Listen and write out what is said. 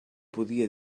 podia